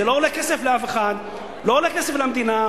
זה לא עולה כסף לאף אחד, לא עולה כסף למדינה.